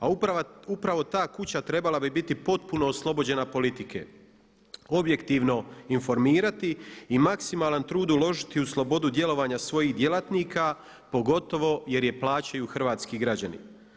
A upravo ta kuća trebala bi biti potpuno oslobođena od politike, objektivno informirati i maksimalan trud uložiti u slobodu djelovanja svojih djelatnika pogotovo jer je plaćaju hrvatski građani.